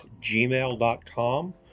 gmail.com